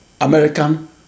American